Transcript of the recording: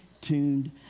tuned